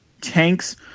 tanks